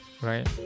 Right